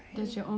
right